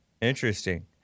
Interesting